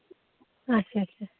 اَچھا اَچھا